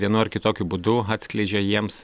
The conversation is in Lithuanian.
vienu ar kitokiu būdu atskleidžia jiems